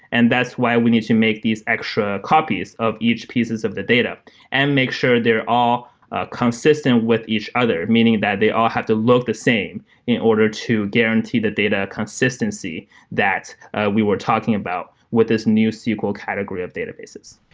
and that's why we need to make these extra copies of each pieces of the data and make sure they're all consistent with each other, meaning that they all have to look the same in order to guarantee the data consistency that we were talking about with this newsql category of databases.